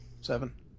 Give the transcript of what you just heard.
Seven